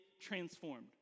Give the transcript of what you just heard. transformed